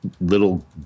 little